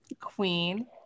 queen